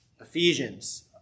Ephesians